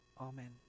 Amen